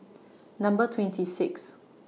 Number twenty six